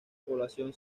población